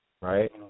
right